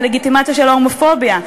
את הלגיטימציה של ההומופוביה,